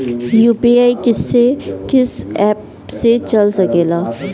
UPI किस्से कीस app से चल सकेला?